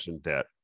debt